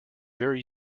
very